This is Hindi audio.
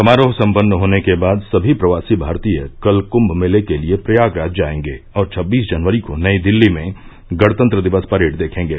समारोह संपन्न होने के बाद सभी प्रवासी भारतीय कल कुंभ मेले के लिए प्रयागराज जाएंगे और छब्बीस जनवरी को नई दिल्ली में गणतंत्र दिवस परेड देखेंगे